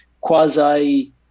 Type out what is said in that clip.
quasi